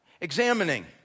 examining